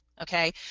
Okay